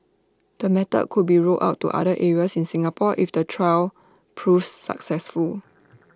the method could be rolled out to other areas in Singapore if the trial proves successful